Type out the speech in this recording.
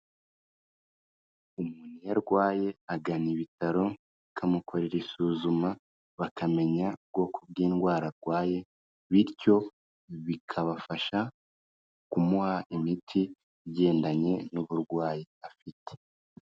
Umuntu iyo arwaye agana ibitaro, bikamukorera isuzuma, bakamenya bwoko bw'indwara arwaye, bityo bikabafasha, kumuha imiti igendanye n'uburwayi afite.